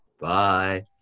Bye